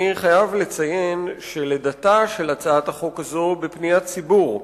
אני חייב לציין שלידתה של הצעת החוק הזו בפניית ציבור.